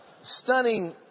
stunning